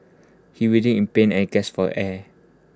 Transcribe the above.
he writhed in pain and gasped for air